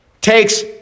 takes